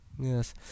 Yes